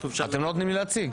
אתם לא נותנים לי להציג.